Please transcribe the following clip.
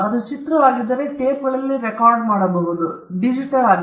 ಅದು ಚಿತ್ರವಾಗಿದ್ದರೆ ಅದನ್ನು ಟೇಪ್ಗಳಲ್ಲಿ ರೆಕಾರ್ಡ್ ಮಾಡಲಾಗಿದೆ ಅಥವಾ ಈಗ ಅದು ಡಿಜಿಟಲ್ ಆಗಿದೆ